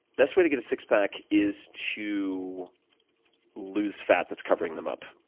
best way to get a six pack is to lose fat that's covering them up.